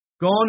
gone